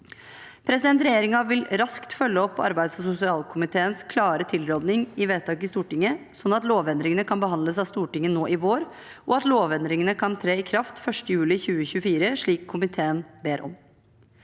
Regjeringen vil raskt følge opp arbeids- og sosialkomiteens klare tilrådning til vedtak i Stortinget, slik at lovendringene kan behandles av Stortinget nå i vår, og at lovendringene kan tre i kraft 1. juli 2024, slik komiteen ber om.